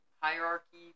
hierarchy